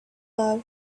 love